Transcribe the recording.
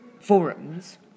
forums